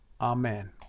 Amen